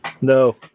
No